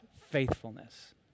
faithfulness